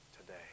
today